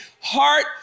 heart